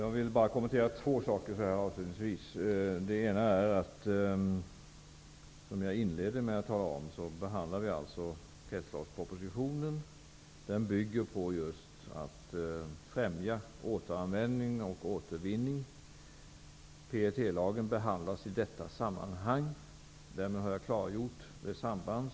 Herr talman! Jag vill avslutningsvis bara kommentera två saker. Som jag inledde med att tala om behandlade vi kretsloppspropositionen. Den bygger på att man skall främja återanvändning och återvinning. PET-lagen behandlas i detta sammanhang. Därmed har jag klargjort detta samband.